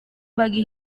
bagi